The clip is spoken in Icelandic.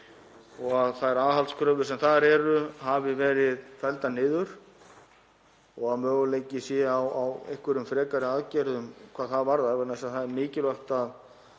að þær aðhaldskröfur sem þar voru hafi verið felldar niður og að möguleiki sé á einhverjum frekari aðgerðum hvað það varðar, vegna þess að það er mikilvægt að